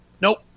Nope